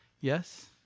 yes